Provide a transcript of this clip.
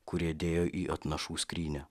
kurie dėjo į atnašų skrynią